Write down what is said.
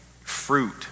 Fruit